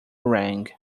rang